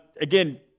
again